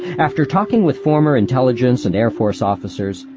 after talking with former intelligence and air force officers,